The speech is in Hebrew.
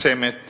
מפרסמת